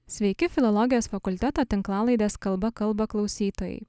sveiki filologijos fakulteto tinklalaidės kalba kalba klausytojai